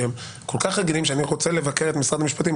היא שהם כל כך רגילים לכך שאני רוצה לבקר את משרד המשפטים,